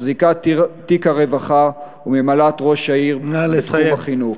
מחזיקת תיק הרווחה וממלאת-מקום ראש העיר בתחום החינוך.